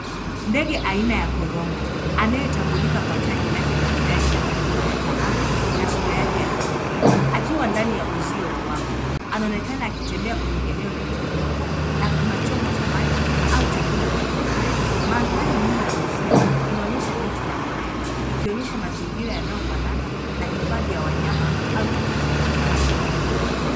Ndege aina ya korongo anaonekana akiwa ndani ya uzio wa wapo. Ana mvuto wa pekee kutokana na manyoya yake ya dhahabu na sura yake ya kipekee. Anatembea kwenye eneo lenye udongo, karibu na chombo cha maji au chakula. Mandhari nyuma ya uzio yanaonyesha miti na mimea, yakifananisha mazingira ya hifadhi ya wanyama au kituo cha ulinzi wa wanyamapori.